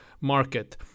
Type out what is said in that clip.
Market